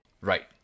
right